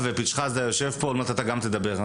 פיצחדזה יושב פה ועוד מעט גם הוא ידבר.